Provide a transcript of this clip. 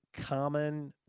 common